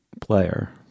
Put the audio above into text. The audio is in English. player